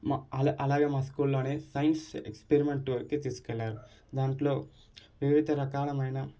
మా అలా అలాగే మా స్కూల్లోనే సైన్స్ ఎక్సపరిమెంట్ దగ్గరకి తీసుకెళ్లారు దాంట్లో వివిధ రకాలమైన